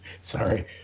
Sorry